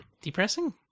Depressing